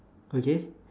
okay